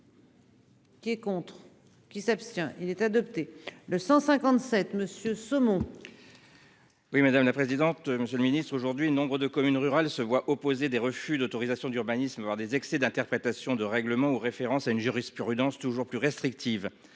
Qui est contre qui s'abstient il est adopté le 157 monsieur saumon. Oui madame la présidente, monsieur le ministre. Aujourd'hui, nombre de communes rurales se voit opposer des refus d'autorisations d'urbanisme voir des excès d'interprétation de règlement ou référence à une jurisprudence. Toujours plus. Restrictive